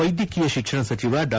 ವೈದ್ಯಕೀಯ ಶಿಕ್ಷಣ ಸಚಿವ ಡಾ